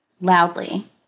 loudly